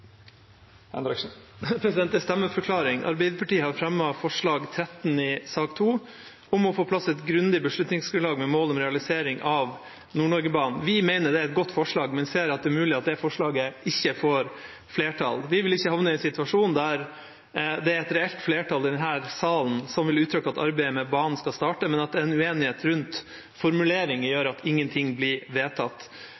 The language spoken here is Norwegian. stemmeforklaring. Arbeiderpartiet har fremmet forslag nr. 13 i sak nr. 2 om å få på plass et grundig beslutningsgrunnlag med mål om realisering av Nord-Norge-banen. Vi mener det er et godt forslag, men ser at det er mulig at det forslaget ikke får flertall. Vi vil ikke havne i en situasjon der det er et reelt flertall i denne salen som vil uttrykke at arbeidet med banen skal starte, men at en uenighet rundt formuleringer